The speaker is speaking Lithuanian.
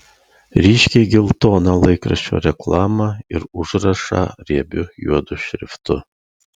ryškiai geltoną laikraščio reklamą ir užrašą riebiu juodu šriftu